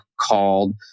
called